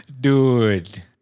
Dude